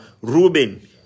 Ruben